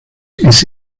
ist